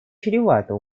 чревато